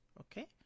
okay